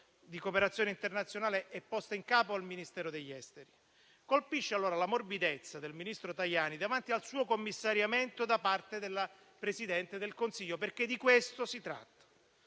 di cooperazione internazionale è stata posta in capo al Ministero degli affari esteri. Colpisce allora la morbidezza del ministro Tajani davanti al suo commissariamento da parte della Presidente del Consiglio, perché di questo si tratta.